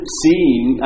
seeing